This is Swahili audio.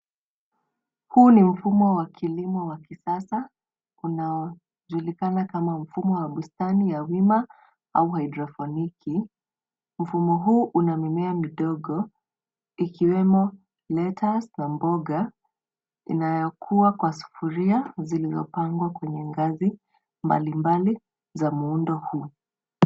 Huu ni mfumo wa kilimo wa kisasa unajulikana kama mfumo wa bustani ya wima au hyrophoniki, mfumo huu huna mimmea mdogo ikiwemo netas na mboga inayokuwa kwa sufuria ziliyopangwa kwenye ngazi mbali mbali za muundo huu.